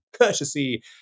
courtesy